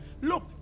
look